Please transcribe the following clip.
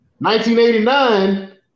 1989